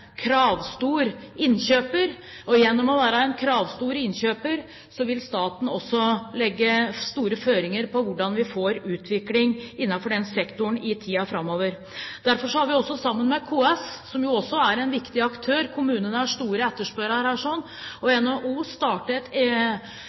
kravstor innkjøper. Gjennom å være en kravstor innkjøper vil staten også legge store føringer for hvordan vi får utvikling innenfor den sektoren i tiden framover. Derfor har vi sammen med KS – som også er en viktig aktør, kommunene er store etterspørrere her – og